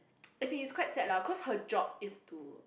as in it's quite sad lah cause her job is to